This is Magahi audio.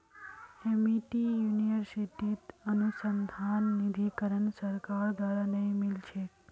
एमिटी यूनिवर्सिटीत अनुसंधान निधीकरण सरकार द्वारा नइ मिल छेक